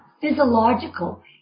physiological